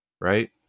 right